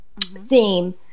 theme